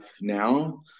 now